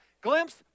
glimpse